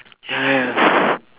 ya ya ya